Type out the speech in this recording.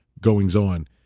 goings-on